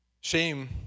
Shame